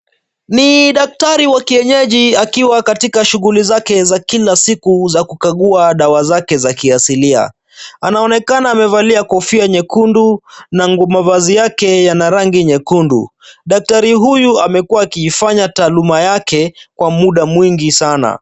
Ni daktari wa kienyeji akiwa katika shughuli zake za kila siku za kukagua dawa zake za kiasilia. Anaonekana amevalia kofia nyekundu na mavazi yake yana rangi nyekundu. Daktari huyu amekuwa akifanya taaluma yake kwa muda mwingi sana.